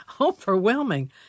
overwhelming